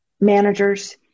managers